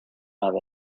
have